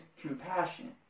compassion